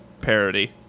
parody